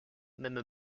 même